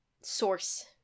source